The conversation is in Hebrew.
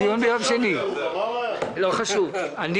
זה כמו שהיה